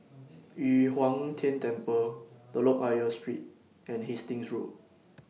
Yu Huang Tian Temple Telok Ayer Street and Hastings Road